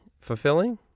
fulfilling